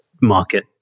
market